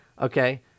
Okay